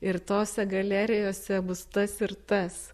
ir tose galerijose bus tas ir tas